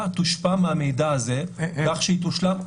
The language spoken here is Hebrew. תושפע מהמידע הזה כך שהיא --- איך?